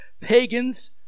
pagans